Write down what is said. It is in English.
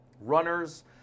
Runners